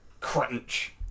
crunch